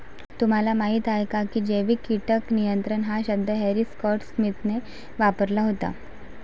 तुम्हाला माहीत आहे का की जैविक कीटक नियंत्रण हा शब्द हॅरी स्कॉट स्मिथने वापरला होता?